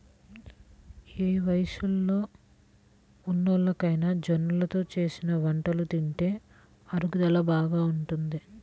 ఏ వయస్సులో ఉన్నోల్లకైనా జొన్నలతో చేసిన వంటలు తింటే అరుగుదల బాగా ఉంటది